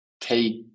take